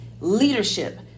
leadership